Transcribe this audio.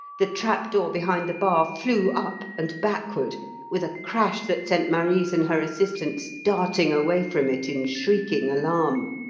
the trap-door behind the bar flew up and backward with a crash that sent marise and her assistants darting away from it in shrieking alarm